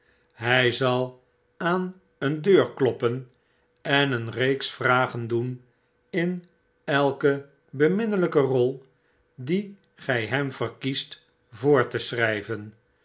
hy zal aan een deur kloppen en een reeks vragen doen in elke beminnelyke rol die gij hem verkiest voor te schrjjven